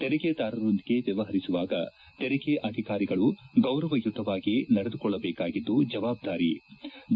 ತೆರಿಗೆದಾರರೊಂದಿಗೆ ವ್ನವಹರಿಸುವಾಗ ತೆರಿಗೆ ಅಧಿಕಾರಿಗಳು ಗೌರವಯುತವಾಗಿ ನಡೆದುಕೊಳ್ಳಬೇಕಾದ್ದು ಜವಾಬ್ದಾರಿಯಾಗಿರುತ್ತದೆ